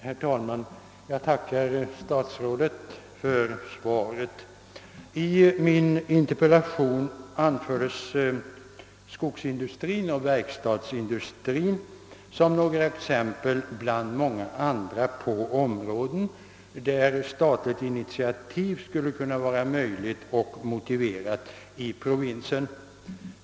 Herr talman! Jag tackar statsrådet för svaret. I min interpellation anfördes skogsindustrin och verkstadsindustrin som några exempel bland många andra på områden där statligt initiativ skulle vara möjligt och motiverat i provinsen.